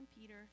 Peter